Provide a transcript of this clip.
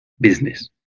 Business